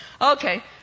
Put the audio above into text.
Okay